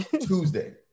Tuesday